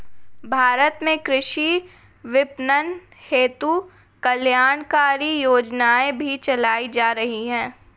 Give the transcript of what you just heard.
भारत में कृषि विपणन हेतु कल्याणकारी योजनाएं भी चलाई जा रही हैं